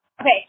Okay